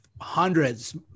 hundreds